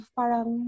parang